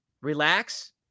relax